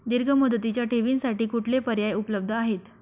दीर्घ मुदतीच्या ठेवींसाठी कुठले पर्याय उपलब्ध आहेत?